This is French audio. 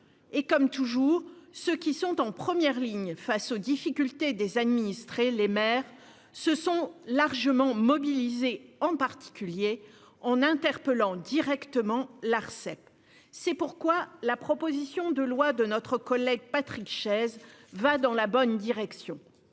Comme toujours, ceux qui sont en première ligne face aux difficultés des administrés- les maires -se sont largement mobilisés, en particulier en interpellant directement l'Arcep. C'est pourquoi la proposition de loi de notre collègue Patrick Chaize va dans la bonne direction.